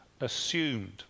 assumed